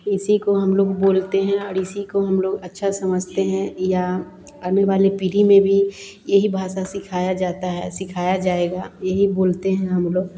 इसी को हम लोग बोलते हैं और इसी को हम लोग अच्छा समझते हैं या आने बाले पीढ़ी में भी यही भाषा सिखाया जाता है सिखाया जाएगा यही बोलते हैं हम लोग